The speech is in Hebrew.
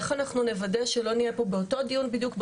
איך אנחנו נוודה שלא נהיה פה באותו דיון בדיוק,